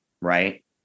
right